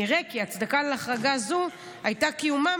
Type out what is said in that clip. נראה כי ההצדקה להחרגה זו הייתה קיומם